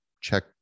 check